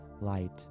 light